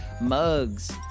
mugs